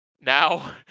Now